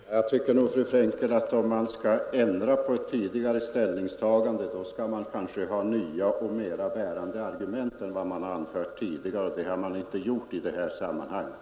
Herr talman! Jag tycker, fru Frenkel, att om riksdagen skall ändra ett tidigare ställningstagande, bör man nog ha nya och mera bärande argument än vad som framkommit tidigare, och några sådana argument har inte anförts i det här sammanhanget.